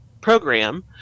program